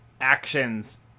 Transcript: actions